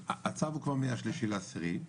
הצו הוא כבר מה-3.10,